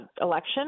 election